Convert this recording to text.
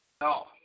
No